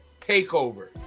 takeover